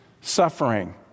suffering